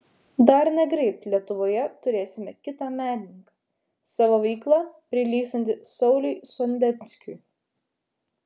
dar negreit lietuvoje turėsime kitą menininką savo veikla prilygstantį sauliui sondeckiui